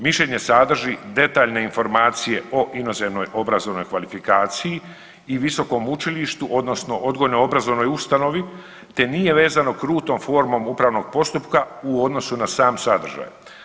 Mišljenje sadrži detaljne informacije o inozemnoj obrazovnoj kvalifikaciji i visokom učilištu, odnosno odgojno-obrazovnoj ustanovi te nije vezano krutom formom upravnog postupka u odnosu na sam sadržaj.